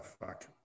fuck